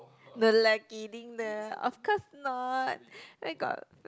no lah kidding lah of course not where got